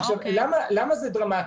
למה זה דרמטי?